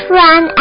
run